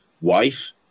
wife